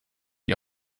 die